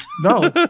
No